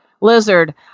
lizard